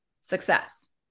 success